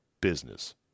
business